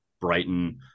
brighton